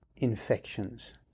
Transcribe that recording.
infections